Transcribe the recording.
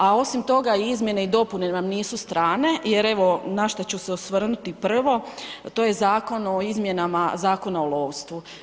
A osim toga, izmjene i dopune nam nisu strane, jer evo, na što ću se osvrnuti prvo, to je Zakon o izmjenama Zakona o lovstvu.